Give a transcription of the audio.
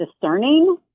discerning